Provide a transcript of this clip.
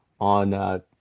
on